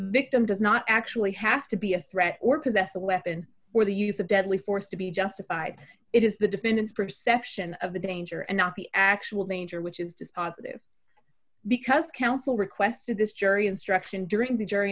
victim does not actually have to be a threat or possess a weapon or the use of deadly force to be justified it is the defendant's perception of the danger and not the actual major which is dispositive because counsel requested this jury instruction during the jury